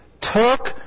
took